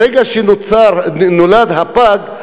ברגע שנולד הפג,